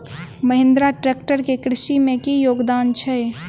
Mahindra tractor केँ कृषि मे की योगदान छै?